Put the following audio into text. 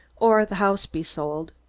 or the house be sold.